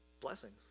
blessings